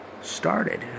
started